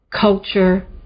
culture